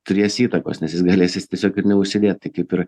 turės įtakos nes jis galės jis tiesiog ir neužsidėt tai kaip ir